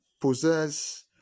possess